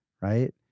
right